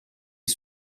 les